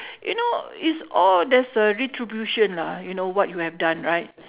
you know it's all there's a retribution lah you know what you have done right